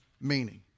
meaning